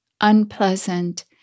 unpleasant